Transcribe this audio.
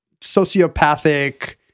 sociopathic